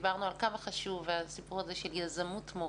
ודיברנו על כמה חשוב הסיפור הזה של יזמות מורים.